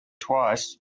twice